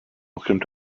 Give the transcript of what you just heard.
welcome